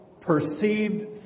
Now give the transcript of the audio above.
perceived